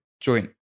joint